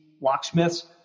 locksmiths